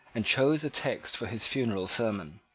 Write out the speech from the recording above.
and chose a text for his funeral sermon.